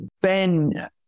Ben